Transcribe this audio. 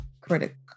critic